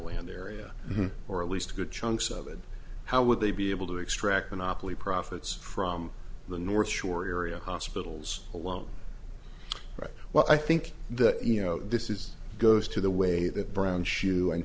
land area or at least good chunks of it how would they be able to extract and awfully profits from the north shore area hospitals alone right well i think that you know this is goes to the way that brown shoe